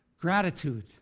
gratitude